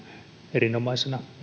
erinomaisena